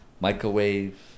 Microwave